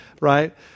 right